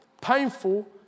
painful